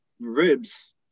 ribs